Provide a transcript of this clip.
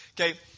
Okay